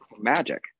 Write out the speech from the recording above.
magic